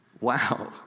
Wow